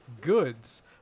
goods